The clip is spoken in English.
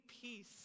peace